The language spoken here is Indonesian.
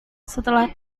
setelah